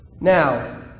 Now